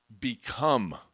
become